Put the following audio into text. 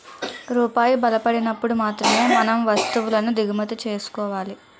రూపాయి బలపడినప్పుడు మాత్రమే మనం వస్తువులను దిగుమతి చేసుకోవాలి